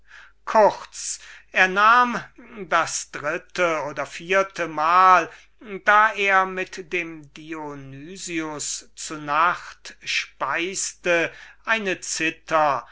kurz agathon nahm das dritte oder vierte mal da er mit dem dionys zu nacht aß eine cithar